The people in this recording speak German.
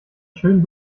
schön